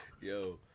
Yo